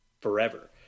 forever